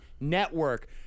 network